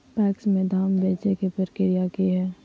PACS में धाम बेचे के प्रक्रिया की हय?